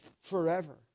forever